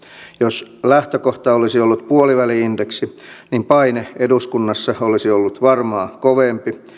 jos lähtökohta olisi ollut puoliväli indeksi niin paine eduskunnassa olisi ollut varmaan kovempi